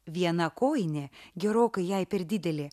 viena kojinė gerokai jai per didelė